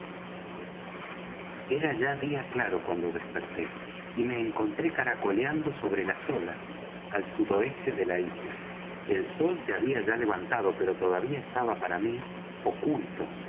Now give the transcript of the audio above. ya día claro cuando desperté y me encontré caracoleando sobre las olas al sudoeste de la isla el sol se había ya levantado pero todavía estaba para mí oculto